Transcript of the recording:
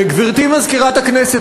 גברתי מזכירת הכנסת,